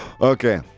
okay